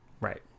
Right